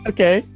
Okay